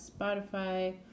Spotify